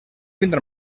vindre